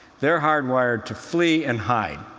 they're hardwired to flee and hide.